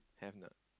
have or not